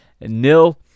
nil